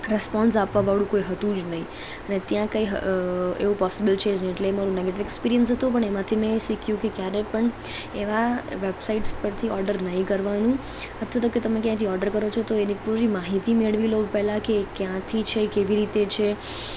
response આપવાવાળું કોઇ હતું જ નહીં ને ત્યાં કંઇ હ એવું પોસિબલ છે જ નહીં એટલે એ મારું નેગેટિવ એક્સપિરિયન્સ હતો પણ એમાંથી મેં શીખ્યું કે ક્યારેય પણ એવાં વેબસાઇટ્સ પરથી ઓડર નહીં કરવાનું અથવા તો કે તમે ક્યાંયથી ઓડર કરો છો તો એની પૂરી માહિતી મેળવી લો પહેલાં કે એ ક્યાંથી છે કેવી રીતે છે